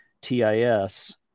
TIS